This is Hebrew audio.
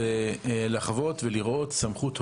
זה לראות ולחוות סמכות הורית.